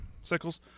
Sickles